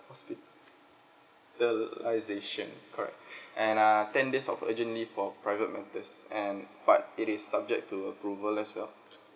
hospitaliation correct and err ten days of urgent leave for private matters and but it is subject to approval as well